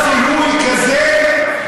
עושה מסדר זיהוי כזה?